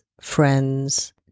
friends